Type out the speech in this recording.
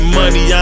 money